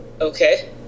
Okay